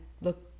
look